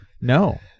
No